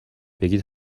بگید